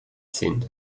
sind